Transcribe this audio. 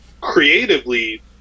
creatively